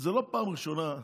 זו לא פעם ראשונה,